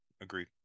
Agreed